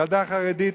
ילדה חרדית,